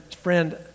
friend